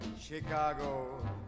Chicago